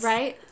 Right